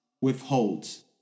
withholds